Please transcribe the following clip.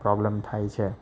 problem થાય છે